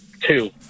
two